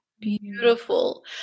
Beautiful